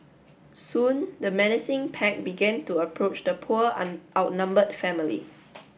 soon the menacing pack began to approach the poor outnumbered family